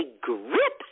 grip